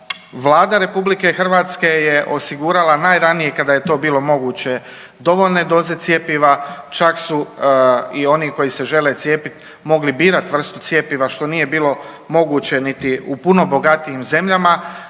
Vlada RH je osigurala najranije kada je to bilo moguće dovoljne doze cjepiva, čak su i oni koji se žele cijepit mogli birat vrstu cjepiva što nije bilo moguće niti u puno bogatijim zemljama.